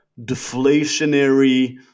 deflationary